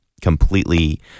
completely